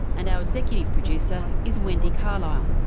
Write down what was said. and our executive producer is wendy carlisle.